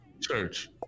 church